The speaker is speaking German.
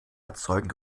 erzeugen